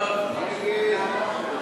סעיפים 9 14, כהצעת הוועדה, נתקבלו.